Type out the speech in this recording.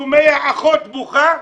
שומע אחות בוכה,